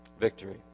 Victory